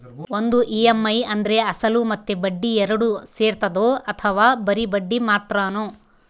ಒಂದು ಇ.ಎಮ್.ಐ ಅಂದ್ರೆ ಅಸಲು ಮತ್ತೆ ಬಡ್ಡಿ ಎರಡು ಸೇರಿರ್ತದೋ ಅಥವಾ ಬರಿ ಬಡ್ಡಿ ಮಾತ್ರನೋ?